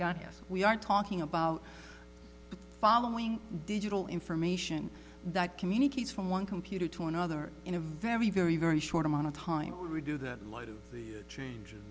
got here we aren't talking about following digital information that communicates from one computer to another in a very very very short amount of time to do the light of the changes